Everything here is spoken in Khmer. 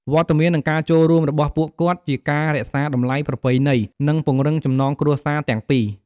វត្តមាន និងការចូលរួមរបស់ពួកគាត់ ជាការរក្សាតម្លៃប្រពៃណី និងពង្រឹងចំណងគ្រួសារទាំងពីរ។